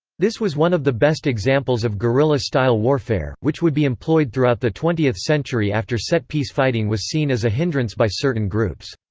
this was one of the best examples of guerrilla style warfare, which would be employed throughout the twentieth century after set piece fighting was seen as a hindrance by certain groups.